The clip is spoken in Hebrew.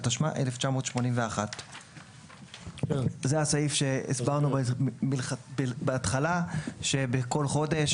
התשמ"א-1981"; זה הסעיף שהסברנו בו בהתחלה שבכל חודש